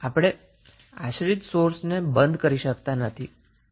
આપણે ડિપેન્ડન્ટ સોર્સને બંધ કરી શકતા નથી કારણ કે તે કોઈ સર્કિટ વેરીએબલ પર ડિપેન્ડન્ટ છે